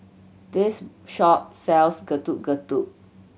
this shop sells Getuk Getuk